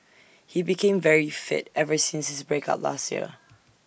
he became very fit ever since his break up last year